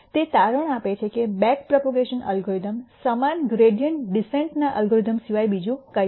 તે તારણ આપે છે કે બેક પ્રોપેગેશન એલ્ગોરિધમ સમાન ગ્રૈડીઅન્ટ ડિસેન્ટ ના એલ્ગોરિધમ સિવાય બીજું કંઈ નથી